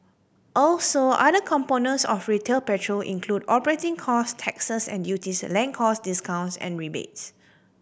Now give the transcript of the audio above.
also other components of retail petrol include operating cost taxes and duties land cost discounts and rebates